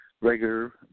regular